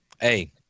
Hey